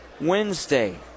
Wednesday